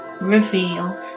reveal